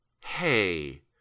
hey